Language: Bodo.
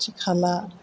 खाथि खाला